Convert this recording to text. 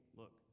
look